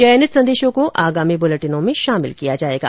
चयनित संदेशों को आगामी बुलेटिनों में शामिल किया जाएगा